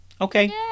Okay